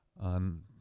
on